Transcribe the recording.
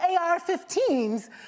AR-15s